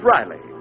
Riley